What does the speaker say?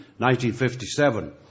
1957